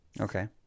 Okay